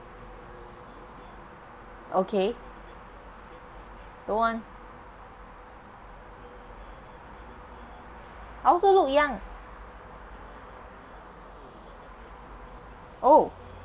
okay don't want I also looked young oh